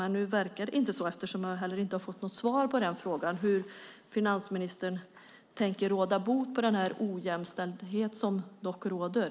Men nu verkar det inte så, eftersom man heller inte har fått något svar på frågan hur finansministern tänker råda bot på den ojämställdhet som dock råder.